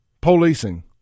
policing